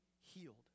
healed